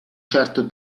certo